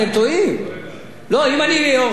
לא, אם אני הורס לו בפריימריס, אני חוזר בי.